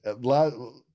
last